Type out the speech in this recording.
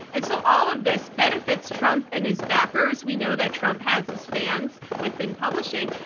and so all of this benefits trump and his backers. we know that trump has his fans within publishing,